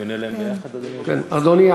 אני עונה להם ביחד, אדוני היושב-ראש?